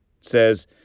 says